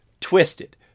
twisted